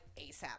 ASAP